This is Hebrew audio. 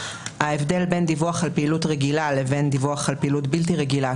ההבדל בין דיווח על פעילות רגילה לבין דיווח על פעילות בלתי רגילה,